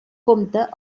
compte